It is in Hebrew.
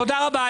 תודה רבה.